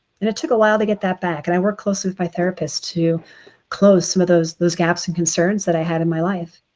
and it took a while to get that back, and i worked closely with my therapist to close some of those those gaps and concerns that i had in my life.